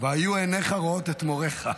"והיו עיניך רואות את מוריך".